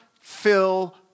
fill